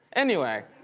anyway,